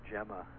Gemma